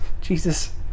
Jesus